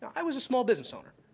i was a small business owner.